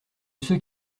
ceux